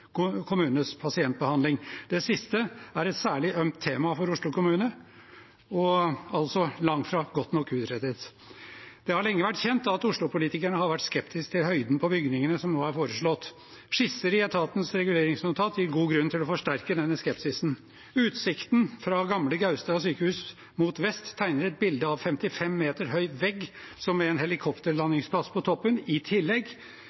pasientbehandling. Det siste er et særlig ømt tema for Oslo kommune og altså langt fra godt nok utredet. Det har lenge vært kjent at Oslo-politikerne har vært skeptiske til høyden på bygningene som er foreslått. Skisser i etatens reguleringsnotat gir god grunn til å forsterke denne skepsisen. Utsikten fra gamle Gaustad sykehus mot vest tegner et bilde av en 55 meter høy vegg, som med en helikopterlandingsplass på toppen i tillegg,